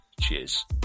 Cheers